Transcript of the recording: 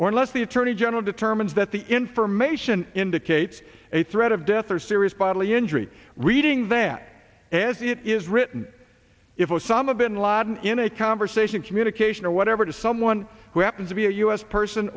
unless the attorney general determines that the information indicates a threat of death or serious bodily injury reading that as it is written if osama bin laden in a conversation communication or whatever to someone who happens to be a u s person